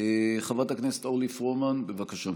חברת הכנסת אורלי פרומן, בבקשה.